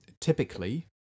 typically